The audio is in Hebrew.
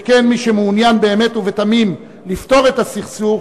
שכן מי שמעוניין באמת ובתמים לפתור את הסכסוך,